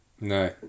No